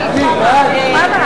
ההסתייגות של חברת הכנסת שלי יחימוביץ